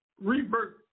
rebirth